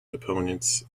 opponents